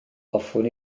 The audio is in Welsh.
hoffwn